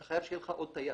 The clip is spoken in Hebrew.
אתה חייב שיהיה לך עוד טייס,